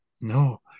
no